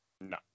No